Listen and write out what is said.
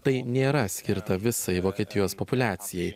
tai nėra skirta visai vokietijos populiacijai